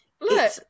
look